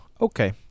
Okay